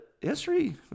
history